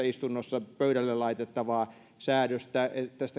istunnossa pöydälle laitettavaa säädöstä